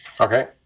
Okay